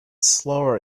slower